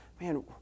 man